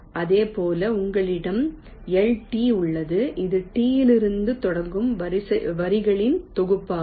இதேபோல் உங்களிடம் LT உள்ளது இது T யிலிருந்து தொடங்கும் வரிகளின் தொகுப்பாகும்